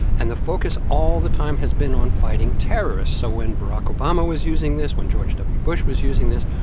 and the focus all the time has been on fighting terrorists. so when barack obama was using this, when george w. bush was using this,